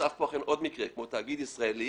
נוסף כאן עוד מקרה כמו תאגיד ישראלי